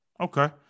Okay